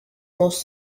most